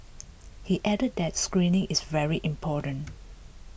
he added that screening is very important